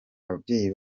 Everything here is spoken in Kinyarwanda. ababyeyi